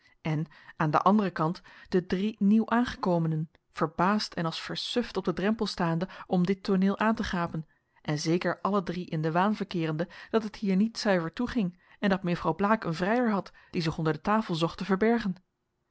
en aan den anderen kant de drie nieuwaangekomenen verbaasd en als versuft op den drempel staande om dit tooneel aan te gapen en zeker alle drie in den waan verkeerende dat het hier niet zuiver toeging en dat mejuffrouw blaek een vrijer had die zich onder de tafel zocht te verbergen